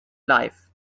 life